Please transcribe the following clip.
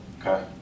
okay